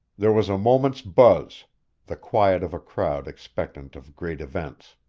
there was a moment's buzz the quiet of a crowd expectant of great events.